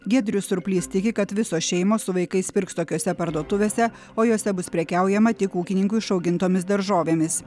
giedrius surplys teigia kad visos šeimos su vaikais pirks tokiose parduotuvėse o jose bus prekiaujama tik ūkininkų išaugintomis daržovėmis